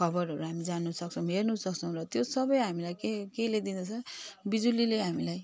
खबरहरू हामी जान्नुसक्छौँ हेर्नुसक्छौँ र त्यो सबै हामीलाई के कसले दिँदछ बिजुलीले हामीलाई